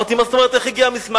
אמרתי: מה זאת אומרת איך הגיע המסמך?